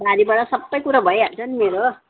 बारीबाट सबै कुरो भइहाल्छ नि मेरो